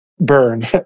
burn